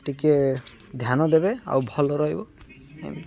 ଟିକେ ଧ୍ୟାନ ଦେବେ ଆଉ ଭଲ ରହିବ